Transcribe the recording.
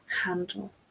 handle